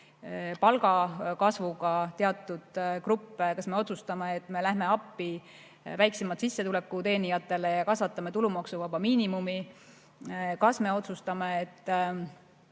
palgakasvuga järele teatud gruppe, kas me otsustame, et me läheme appi väiksemat sissetulekut teenivatele inimestele ja kasvatame tulumaksuvaba miinimumi, kas me otsustame, et